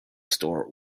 store